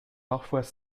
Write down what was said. parfois